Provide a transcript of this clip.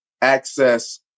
access